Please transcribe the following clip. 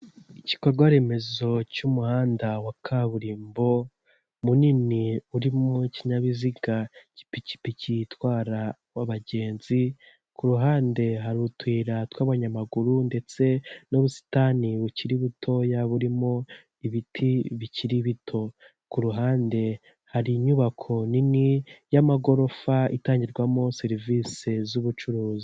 Igikorwa remezo cy'umuhanda wa kaburimbo munini urimo ikinyabiziga cy'ipikipiki itwara abagenzi, ku ruhande hari utuyira tw'abanyamaguru ndetse n'ubusitani bukiri butoya burimo ibiti bikiri bito, ku ruhande hari inyubako nini y'amagorofa itangirwamo serivisi z'ubucuruzi.